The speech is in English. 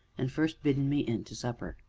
and first bidden me in to supper.